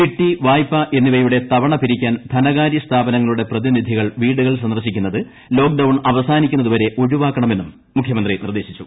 ചിട്ടി വായ്പ എന്നിവയുടെ തവണ്ടു പിരിക്കാൻ ധനകാരൃ സ്ഥാപനങ്ങളുടെ പ്രതിനിധികൾ വീടുകൾ സന്ദർശിക്കുന്നത് ലോക്ഡൌൺ അവസാനിക്കുന്നതുവരെ ഒഴിവാക്കണമെന്നും മുഖ്യമന്ത്രി നിർദ്ദേശിച്ചു